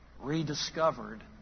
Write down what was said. rediscovered